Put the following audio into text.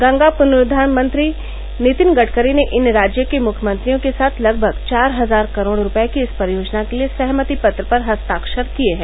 गंगा प्रनरूद्वार मंत्री नितिन गडकरी ने इन राज्यों के मुख्यमंत्रियों के साथ लगभग चार हजार करोड़ रूपये की इस परियोजना के लिए सहमति पत्र पर हस्ताक्षर किये हैं